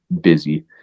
busy